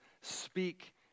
speak